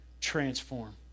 transform